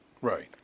right